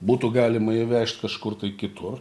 būtų galima įvežt kažkur tai kitur